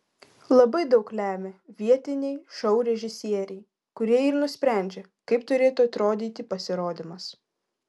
labai daug lemia vietiniai šou režisieriai kurie ir nusprendžia kaip turėtų atrodyti pasirodymas